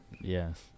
Yes